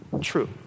true